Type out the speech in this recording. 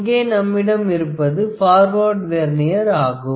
இங்கே நம்மிடம் இருப்பது பார்வார்ட் வெர்னியர் ஆகும்